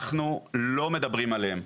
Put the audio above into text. אנחנו לא מדברים עליהם.